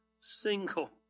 single